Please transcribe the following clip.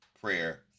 prayer